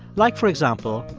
like, for example,